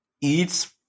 eats